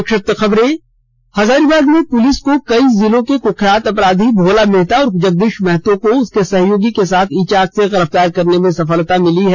संक्षिप्त खबरें हजारीबाग में पुलिस को कई जिलों के कुख्यात अपराधी भोला मेहता उर्फ जगदीश महतो को उसके सहयोगी के साथ इचाक से गिरफ्तार करने में सफलता मिली है